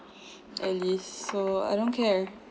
at least so I don't care